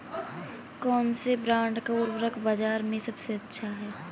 कौनसे ब्रांड का उर्वरक बाज़ार में सबसे अच्छा हैं?